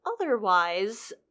otherwise